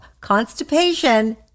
constipation